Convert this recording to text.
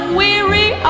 weary